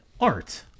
art